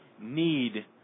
need